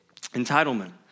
entitlement